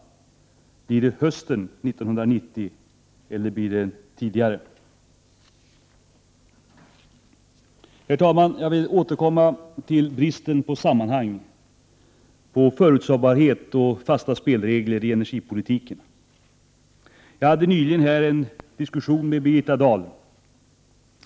Blir det hösten 1990 eller blir det tidigare? Herr talman! Jag vill återkomma till bristen på sammanhang, på förutsebarhet och fasta spelregler i energipolitiken. Jag hade nyligen här i kammaren en diskussion med Birgitta Dahl.